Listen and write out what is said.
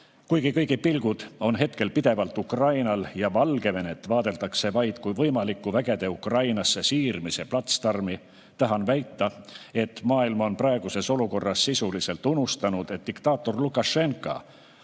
Kuigi kõigi pilgud on hetkel pidevalt Ukrainal ja Valgevenet vaadeldakse vaid kui võimalikku vägede Ukrainasse siirmise platsdarmi, tahan väita, et maailm on praeguses olukorras sisuliselt unustanud, et diktaator Lukašenka